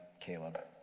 Caleb